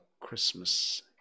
Christmas